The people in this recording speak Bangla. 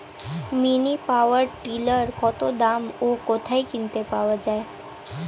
মিনি পাওয়ার টিলার কত দাম ও কোথায় কিনতে পাওয়া যায়?